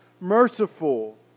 merciful